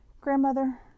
Grandmother